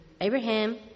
Abraham